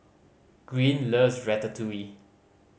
Green loves Ratatouille